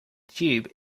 tube